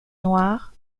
noire